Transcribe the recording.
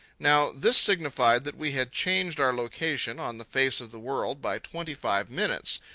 now this signified that we had changed our location on the face of the world by twenty-five minutes,